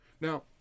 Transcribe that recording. now